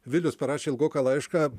vilius parašė ilgoką laišką